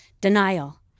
denial